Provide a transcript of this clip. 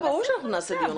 ברור שאנחנו נעשה דיון נוסף.